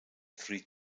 three